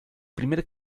primer